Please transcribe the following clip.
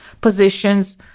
positions